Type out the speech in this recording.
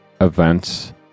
events